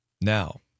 Now